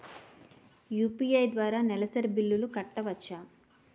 UPI ద్వారా నెలసరి బిల్లులు కట్టవచ్చా?